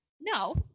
no